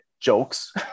jokes